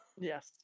yes